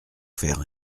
faire